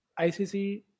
icc